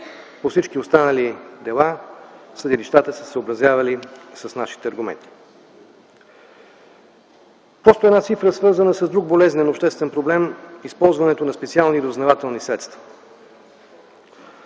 По всички останали дела съдилищата са се съобразявали с нашите аргументи. Една цифра, свързана с друг болезнен проблем – използването на специални разузнавателни средства.